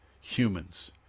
humans